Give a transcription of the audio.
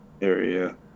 area